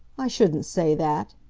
i shouldn't say that,